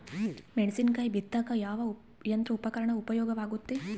ಮೆಣಸಿನಕಾಯಿ ಬಿತ್ತಾಕ ಯಾವ ಯಂತ್ರ ಉಪಯೋಗವಾಗುತ್ತೆ?